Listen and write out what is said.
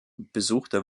besuchte